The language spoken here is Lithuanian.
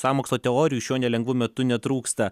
sąmokslo teorijų šiuo nelengvu metu netrūksta